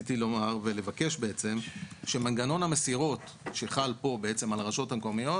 רציתי לבקש שמנגנון המסירות שחל כאן על הרשויות המקומיות